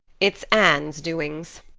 it's anne's doings,